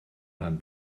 rhan